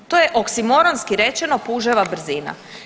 je oksimoronski rečeno puževa brzina.